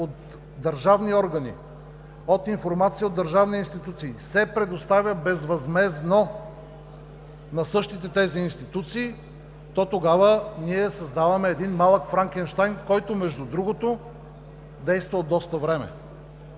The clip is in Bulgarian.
от държавни органи, от информация от държавни институции, се предоставя безвъзмездно на същите тези институции, то тогава ние създаваме един малък Франкенщайн, който, между другото, действа от доста време.